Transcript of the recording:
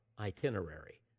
itinerary